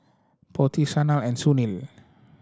Potti Sanal and Sunil